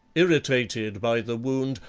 irritated by the wound,